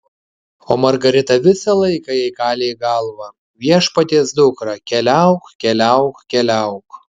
o margarita visą laiką jai kalė į galvą viešpaties dukra keliauk keliauk keliauk